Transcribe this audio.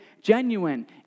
genuine